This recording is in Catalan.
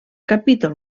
capítol